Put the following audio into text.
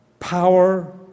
Power